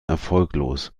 erfolglos